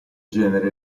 genere